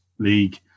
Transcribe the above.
league